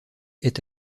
est